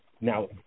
now